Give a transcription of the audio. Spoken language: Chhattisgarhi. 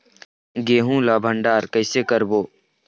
गेहूं ला भंडार कई से करबो?